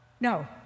no